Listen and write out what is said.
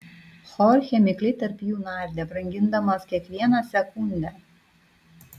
chorchė mikliai tarp jų nardė brangindamas kiekvieną sekundę